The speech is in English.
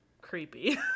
creepy